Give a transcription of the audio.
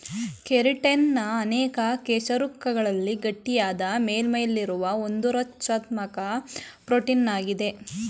keratin ಅನೇಕ ಕಶೇರುಕಗಳಲ್ಲಿನ ಗಟ್ಟಿಯಾದ ಮೇಲ್ಮೈಯಲ್ಲಿರುವ ಒಂದುರಚನಾತ್ಮಕ ಪ್ರೋಟೀನಾಗಿದೆ